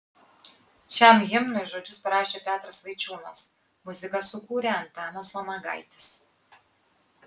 šiam himnui žodžius parašė petras vaičiūnas muziką sukūrė antanas vanagaitis